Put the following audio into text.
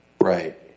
Right